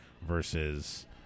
versus